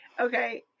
Okay